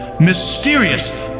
mysterious